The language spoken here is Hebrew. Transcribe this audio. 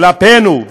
כלפינו,